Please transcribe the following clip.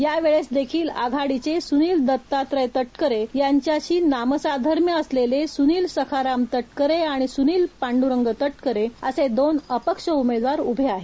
यावेळेस देखील आघाडीचे सुनील दत्तात्रय तटकरे यांच्याशी नामसाधर्म्य असलेले सुनील सखाराम तटकरे आणि सुनील पांडुरंग तटकरे असे दोन अपक्ष उमेदवार उभे आहेत